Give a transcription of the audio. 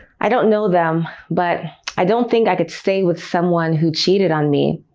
i don't know them, but i don't think i could stay with someone who cheated on me.